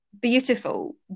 beautiful